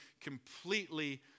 completely